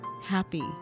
happy